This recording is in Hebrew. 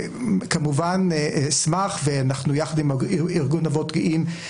יש לנו, יחד עם ארגון "אבות גאים",